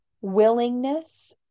willingness